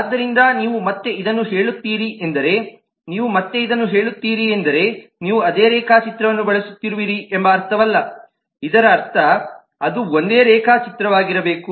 ಆದ್ದರಿಂದ ನೀವು ಮತ್ತೆ ಇದನ್ನು ಹೇಳುತ್ತೀರಿ ಎಂದರೆ ನೀವು ಅದೇ ರೇಖಾಚಿತ್ರವನ್ನು ಬಳಸುತ್ತಿರುವಿರಿ ಎಂಬ ಅರ್ಥವಲ್ಲ ಇದರರ್ಥ ಅದು ಒಂದೇ ರೇಖಾಚಿತ್ರವಾಗಿರಬೇಕು